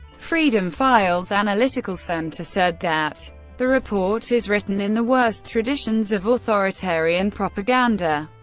freedom files analytical centre said that the report is written in the worst traditions of authoritarian propaganda.